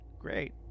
Great